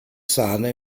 sahne